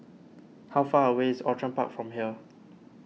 how far away is Outram Park from here